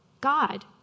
God